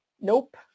Nope